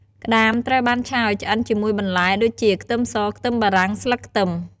ក្តាមត្រូវបានឆាឱ្យឆ្អិនជាមួយបន្លែដូចជា ខ្ទឹមស ខ្ទឹមបារាំង ស្លឹកខ្ទឹម។